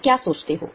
तुम क्या सोचते हो